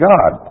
God